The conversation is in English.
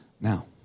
Now